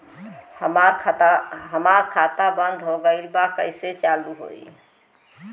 हमार खाता बंद हो गईल बा कैसे चालू होई?